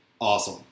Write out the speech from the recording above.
Awesome